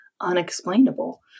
unexplainable